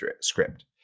script